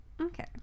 Okay